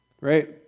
Right